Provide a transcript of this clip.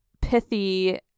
pithy